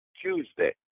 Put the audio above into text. Tuesday